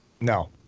No